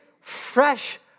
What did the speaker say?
fresh